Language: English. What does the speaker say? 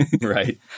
Right